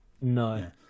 no